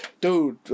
dude